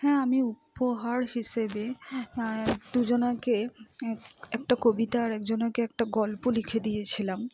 হ্যাঁ আমি উপহার হিসেবে দুজনকে একটা কবিতা আর একজনকে একটা গল্প লিখে দিয়েছিলাম